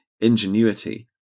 ingenuity